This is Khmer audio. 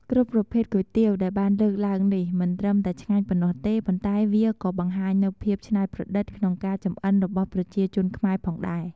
គ្រប់ប្រភេទគុយទាវដែលបានលើកឡើងនេះ មិនត្រឹមតែឆ្ងាញ់ប៉ុណ្ណោះទេ ប៉ុន្តែវាក៏បង្ហាញនូវភាពច្នៃប្រឌិតក្នុងការចម្អិនរបស់ប្រជាជនខ្មែរផងដែរ។